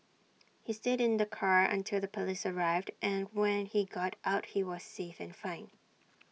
he stayed in the car until the Police arrived and when he got out he was safe and fine